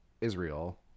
Israel